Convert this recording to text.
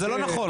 זה לא נכון,